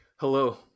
Hello